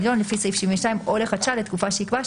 הנידון לפי סעיף 72 או לחדשה לתקופה שיקבע,